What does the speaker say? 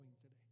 today